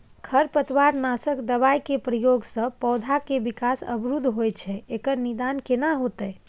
खरपतवार नासक दबाय के प्रयोग स पौधा के विकास अवरुध होय छैय एकर निदान केना होतय?